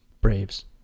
Braves